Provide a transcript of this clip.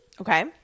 Okay